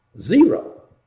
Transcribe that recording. Zero